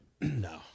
no